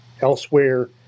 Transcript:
elsewhere